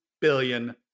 billion